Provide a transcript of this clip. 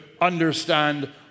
understand